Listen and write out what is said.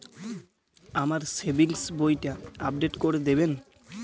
আমার সেভিংস বইটা আপডেট করে দেবেন?